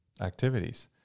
activities